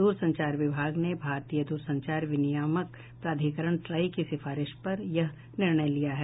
द्र संचार विभाग ने भारतीय दूर संचार विनियामक प्राधिकरण ट्राई की सिफारिश पर यह निर्णय लिया है